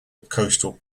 coastal